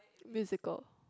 musical